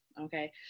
okay